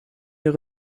ihr